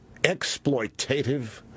exploitative